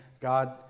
God